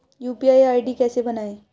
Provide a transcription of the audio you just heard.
UPI ID कैसे बनाएं?